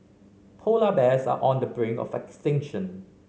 polar bears are on the brink of extinction